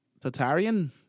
Tatarian